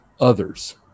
others